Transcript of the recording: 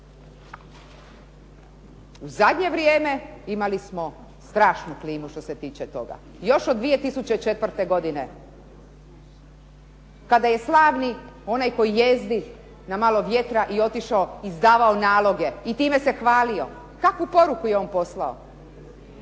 U zadnje vrijeme imali smo strašnu klimu što se tiče toga, još od 2004. godine kada je slavni onaj koji jezdi na malo vjetra i otišao, izdavao naloge i time se hvalio. Kakvu poruku je on poslao?